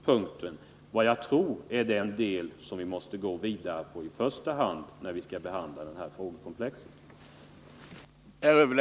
Jag tror att det i första hand är på den punkten som vi måste gå vidare när vi skall behandla det här frågekomplexet.